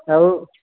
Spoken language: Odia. ଆଉ